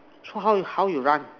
so how you how you run